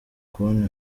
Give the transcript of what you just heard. kubona